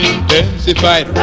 Intensified